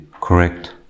correct